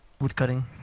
woodcutting